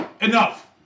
Enough